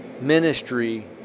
ministry